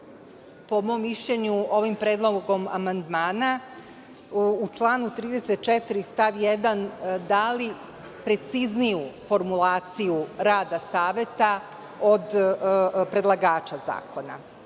po mom mišljenju, ovim predlogom amandman, u članu 34. stav 1, dali precizniju formulaciju rada Saveta od predlagača zakona.Zašto